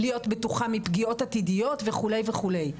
להיות בטוחה מפגיעות עתידיות וכו' וכו'.